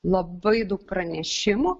labai daug pranešimų